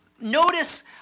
Notice